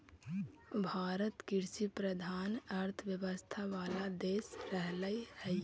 भारत कृषिप्रधान अर्थव्यवस्था वाला देश रहले हइ